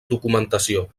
documentació